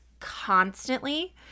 constantly